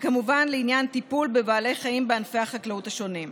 וכמובן לעניין טיפול בבעלי חיים בענפי החקלאות השונים.